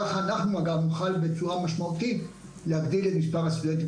כך אנחנו גם נוכל בצורה משמעותית להגדיל את מספר הסטודנטים